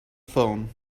phone